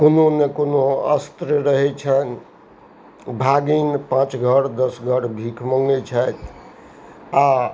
कोअनो ने कोअनो अस्त्र रहै छन्हि भागिन पाँच घर दस घर भीख मङ्गय छथि आओर